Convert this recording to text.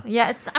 Yes